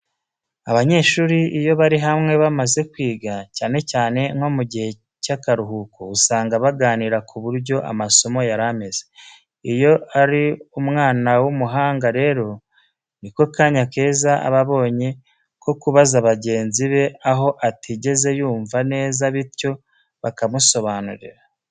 Abanyeshuri iyo bari hamwe bamaze kwiga, cyane cyane nko mu gihe cy'akaruhuko, usanga baganira ku buryo amasomo yari ameze. Iyo ari umwana w'umuhanga rero ni ko kanya keza aba abonye ko kubaza bagenzi be aho atigeze yumva neza bityo bakamusobanurira.